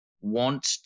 want